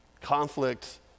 Conflict